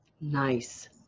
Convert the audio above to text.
nice